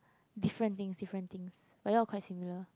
different things different things but you all are quite similar